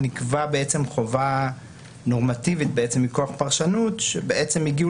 נקבעה חובה נורמטיבית מכוח פרשנות והגיעו